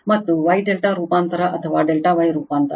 ಮತ್ತು Y ∆ ರೂಪಾಂತರ ಅಥವಾ ∆ Y ರೂಪಾಂತರ